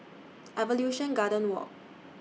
Evolution Garden Walk